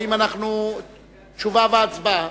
תשובה והצבעה.